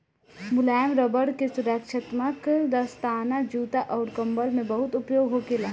मुलायम रबड़ के सुरक्षात्मक दस्ताना, जूता अउर कंबल में बहुत उपयोग होखेला